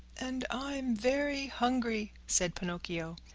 and i'm very hungry! said pinocchio.